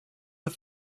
its